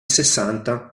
sessanta